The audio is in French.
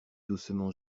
doucement